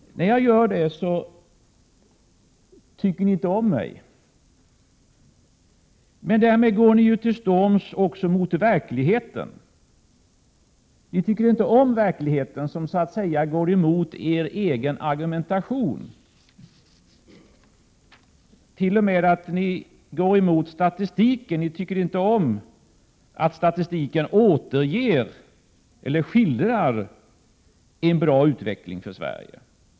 När jag gör det tycker ni inte om mig. Men därmed går ni också till storms mot verkligheten. Ni tycker inte om verkligheten, som så att säga går emot er egen argumentation. Ni går t.o.m. mot statistiken. Ni tycker inte om att statistiken visar en bra utveckling för Sverige.